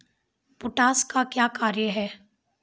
Potash का क्या कार्य हैं?